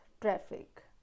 traffic